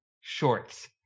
shorts